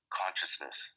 consciousness